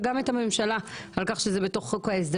וגם את הממשלה על כך שזה בתוך חוק ההסדרים.